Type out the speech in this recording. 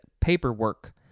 paperwork